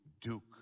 Duke